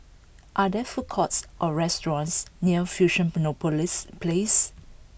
are there food courts or restaurants near Fusionopolis Place